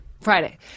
Friday